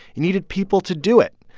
you needed people to do it.